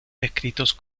descritos